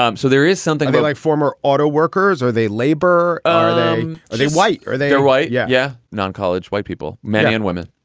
um so there is something they like former autoworkers or they labor. are um they white or they are white? yeah. yeah, non-college white people, men and women.